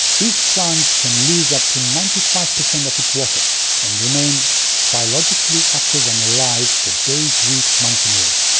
these plants can lose up to ninety five percent of its water and remain biologically active and alive for days, weeks, months and years.